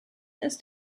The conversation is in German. ist